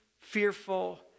fearful